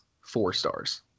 four-stars